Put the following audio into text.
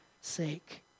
sake